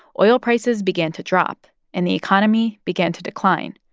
oil prices began to drop, and the economy began to decline.